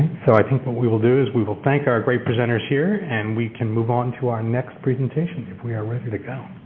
so i think what we will do is we will thank our great presenters here and we can move on to our next presentation if we are ready to go.